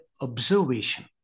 observation